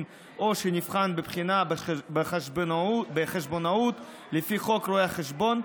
או שנבחן בבחינה בחשבונאות לפי חוק רואי החשבון,